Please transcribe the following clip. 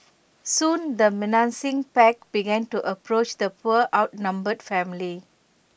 soon the menacing pack began to approach the poor outnumbered family